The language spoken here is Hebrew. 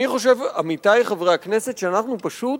אני חושב, עמיתי חברי הכנסת, שאנחנו פשוט,